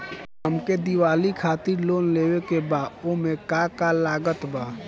हमके दिवाली खातिर लोन लेवे के बा ओमे का का लागत बा?